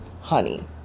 Honey